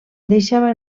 deixava